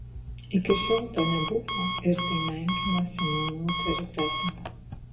iki šiol to nebuvo ir tai menkino seniūno autoritetą